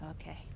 Okay